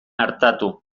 artatu